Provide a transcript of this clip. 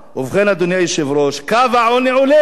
ובכן, אדוני היושב-ראש, קו העוני עולה.